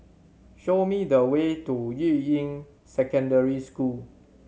show me the way to Yuying Secondary School